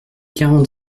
quarante